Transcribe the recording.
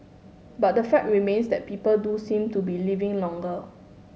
but the fact remains that people do seem to be living longer